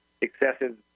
excessive